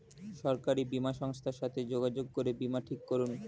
সরকারি বীমা সংস্থার সাথে যোগাযোগ করে বীমা ঠিক করুন